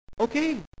okay